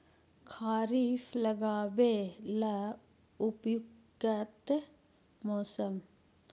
खरिफ लगाबे ला उपयुकत मौसम?